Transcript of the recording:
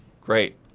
Great